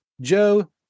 Joe